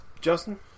Justin